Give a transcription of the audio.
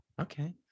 Okay